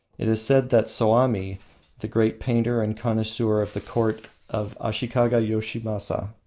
it is said that soami, the great painter and connoisseur of the court of ashikaga-yoshimasa,